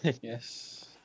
Yes